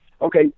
okay